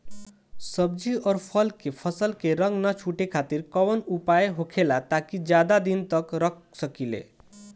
सब्जी और फल के फसल के रंग न छुटे खातिर काउन उपाय होखेला ताकि ज्यादा दिन तक रख सकिले?